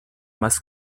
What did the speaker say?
más